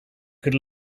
could